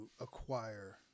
acquire